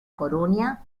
coruña